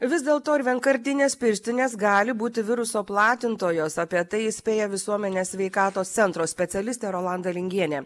vis dėlto ir vienkartinės pirštinės gali būti viruso platintojos apie tai įspėja visuomenės sveikatos centro specialistė rolanda lingienė